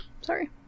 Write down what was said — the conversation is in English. Sorry